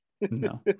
No